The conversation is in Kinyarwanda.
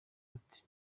ati